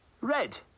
Red